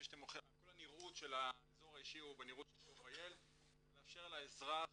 כל הניראות של האזור האישי הוא בניראות של GOV.IL כדי לאפשר לאזרח